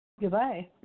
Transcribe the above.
Goodbye